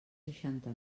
seixanta